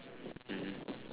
mmhmm